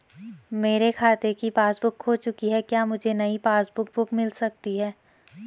मेरे खाते की पासबुक बुक खो चुकी है क्या मुझे नयी पासबुक बुक मिल सकती है?